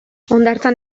hondartzan